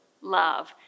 love